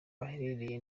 aherereye